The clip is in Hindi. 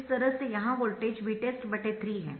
इस तरह से यहां वोल्टेज Vtest3 है